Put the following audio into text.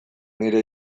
nire